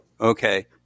Okay